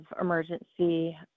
emergency